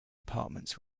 departments